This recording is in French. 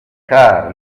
car